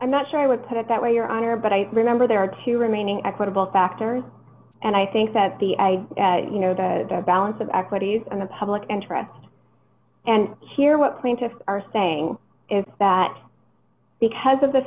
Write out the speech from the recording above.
i'm not sure i would put it that way your honor but i remember there are two remaining equitable factors and i think that the i you know that the balance of equities and the public interest and hear what plaintiffs are saying is that because of the